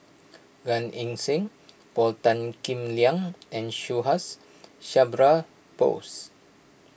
Gan Eng Seng Paul Tan Kim Liang and Subhas Chandra Bose